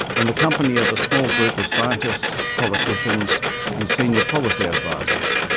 in the company of a small group of scientists, politicians and senior policy advisers,